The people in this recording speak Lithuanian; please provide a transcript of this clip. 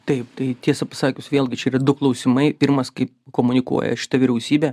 taip tai tiesą pasakius vėlgi čia yra du klausimai pirmas kaip komunikuoja šita vyriausybė